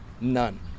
None